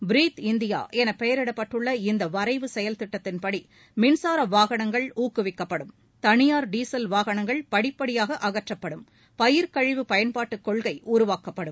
breath India என பெயரிடப்பட்டுள்ள இந்த வரைவு செயல் திட்டத்தின்படி மின்சார வாகனங்கள் ஊக்குவிக்கப்படும் தனியார் டீசல் வாகனங்கள் படிப்படியாக அகற்றப்படும் பயிர்க்கழிவு பயன்பாட்டுக் கொள்கை உருவாக்கப்படும்